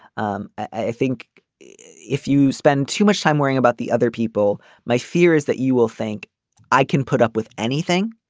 um i think if you spend too much time worrying about the other people my fear is that you will think i can put up with anything.